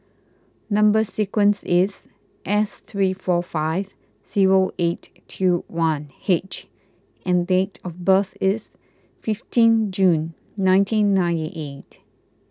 Number Sequence is S three four five zero eight two one H and date of birth is fifteen June nineteen ninety eight